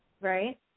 right